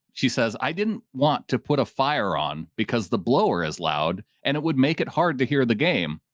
she says, i didn't want to put a fire on because the blower is loud and it would make it hard to hear the game.